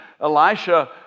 Elisha